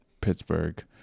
Pittsburgh